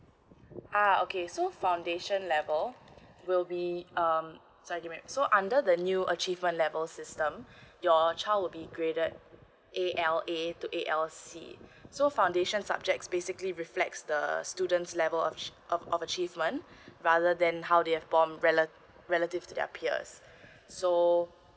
ah okay so foundation level will be um l so under the new achievement level system your child would be graded A_L_A to A_L_C so foundation subjects basically reflex the students level of of achievement rather than how they have form relative to their peers so